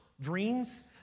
dreams